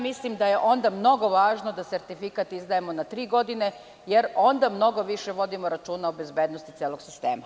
Mislim da je onda mnogo važno da sertifikat izdajemo na tri godine, jer onda mnogo više vodimo računa o bezbednosti celog sistema.